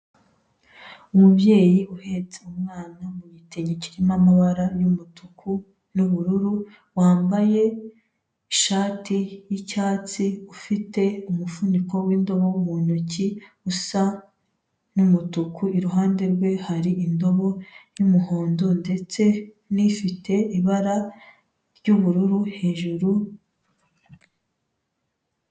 Umubyeyi uhetse umwana mu gitenge kirimo amabara y'umutuku n'ubururu, wambaye ishati y'icyatsi, ufite umufuniko w'indobo mu ntoki usa nk'umutuku, iruhande rwe hari indobo y'umuhondo ndetse n'ifite ibara ry'ubururu hejuru,...